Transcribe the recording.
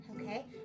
Okay